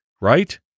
right